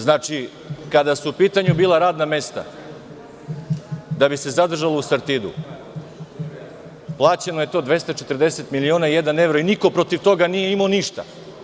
Znači, kada su bila u pitanju radna mesta, da bi se zadržalo u „Sartidu“, to je plaćeno 240 miliona i jedan evro i niko protiv toga nije imao ništa.